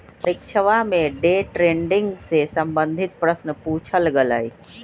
परीक्षवा में day trading से संबंधित प्रश्न पूछल गय लय